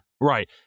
Right